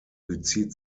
bezieht